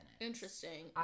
Interesting